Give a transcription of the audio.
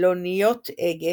לאניות הגה